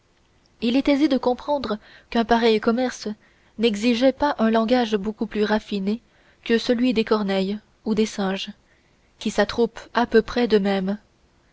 il est aisé de comprendre qu'un pareil commerce n'exigeait pas un langage beaucoup plus raffiné que celui des corneilles ou des singes qui s'attroupent à peu près de même